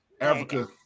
Africa